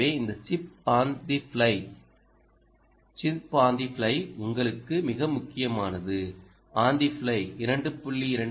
எனவே இந்த chip on the fly உங்களுக்கு மிக முக்கியமானது ஆன் த ஃப்ளை 2